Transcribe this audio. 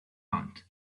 hand